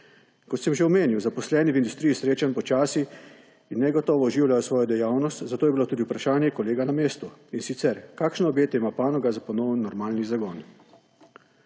Kot sem že omenil, zaposleni v industriji srečanj počasi in negotovo oživljajo svojo dejavnost, zato je bilo tudi vprašanje kolega na mestu, in sicer kakšne obeti ima panoga za ponoven normalen zagon.